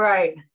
Right